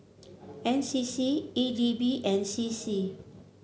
N C C E D B and C C